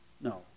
no